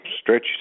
Stretch